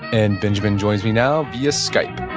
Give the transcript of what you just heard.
and benjamin joins me now via skype.